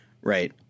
right